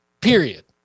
period